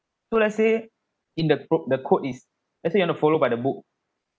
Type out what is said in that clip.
so let's say in the broke the code is let's say you want to follow by the book